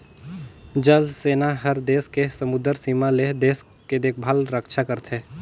जल सेना हर देस के समुदरर सीमा ले देश के देखभाल रक्छा करथे